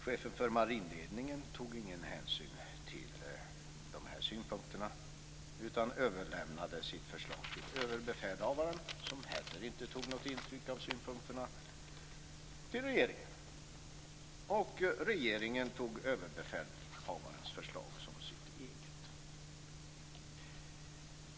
Chefen för marinledningen tog ingen hänsyn till de här synpunkterna utan överlämnade sitt förslag till överbefälhavaren, som heller inte tog något intryck av synpunkterna utan lämnade förslaget vidare till regeringen, och regeringen tog överbefälhavarens förslag som sitt eget.